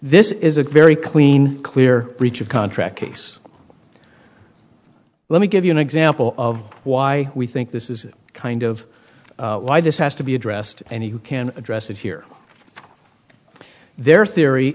this is a very clean clear breach of contract case let me give you an example of why we think this is kind of why this has to be addressed and you can address it here their theory